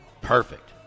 Perfect